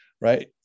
right